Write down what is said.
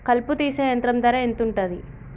కలుపు తీసే యంత్రం ధర ఎంతుటది?